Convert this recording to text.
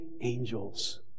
angels